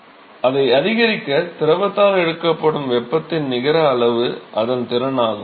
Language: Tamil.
மாணவர் அதை அதிகரிக்க திரவத்தால் எடுக்கப்படும் வெப்பத்தின் நிகர அளவு அதன் திறன் ஆகும்